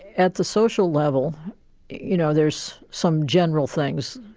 at the social level you know there's some general things.